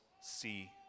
see